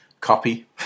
copy